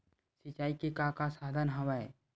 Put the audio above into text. सिंचाई के का का साधन हवय?